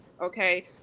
okay